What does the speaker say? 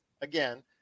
Again